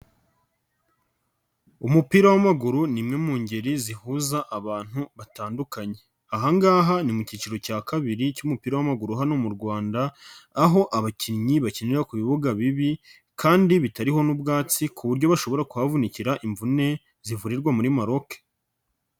Umupira w'amaguru ni imwe mu ngeri zihuza abantu batandukanye, aha ngaha ni mu cyiciro cya kabiri cy'umupira w'amaguru hano mu Rwanda aho abakinnyi bakinira ku bibuga bibi kandi bitariho n'ubwatsi ku buryo bashobora kuhavunikira imvune zivurirwa muri Maroc.